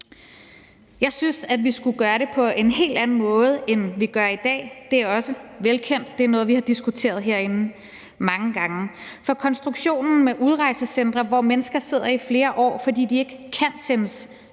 Jeg synes, at vi skulle gøre det på en helt anden måde, end vi gør i dag. Det er også velkendt, og det er noget, vi har diskuteret herinde mange gange. For konstruktionen med udrejsecentre, hvor mennesker sidder i flere år, fordi de ikke kan sendes